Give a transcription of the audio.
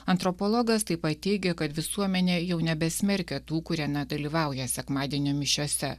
antropologas taip pat teigia kad visuomenė jau nebesmerkia tų kurie nedalyvauja sekmadienio mišiose